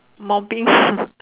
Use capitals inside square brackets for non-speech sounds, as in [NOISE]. mopping [LAUGHS]